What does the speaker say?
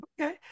Okay